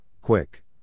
quick